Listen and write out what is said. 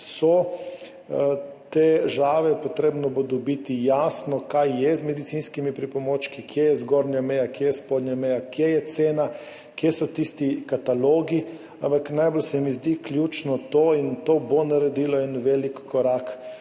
so težave. Potrebno bo dobiti jasno [sliko], kaj je z medicinskimi pripomočki, kje je zgornja meja, kje je spodnja meja, kje je cena, kje so tisti katalogi. Ampak najbolj se mi zdi ključno to, in to bo naredilo en velik korak,